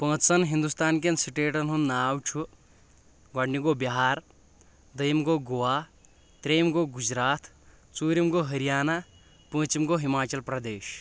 پانٛژن ہِندوستان کٮ۪ن سٹیٹن ہُنٛد ناو چُھ گۄڈٕنیُک گوٚو بِہار دوٚیِم گوٚو گُوا ترٛیٚیِم گوٚو گُجرات ژوٗرِم گوٚو ہریانہ پونٛژِم گوٚو ہِماچل پردیش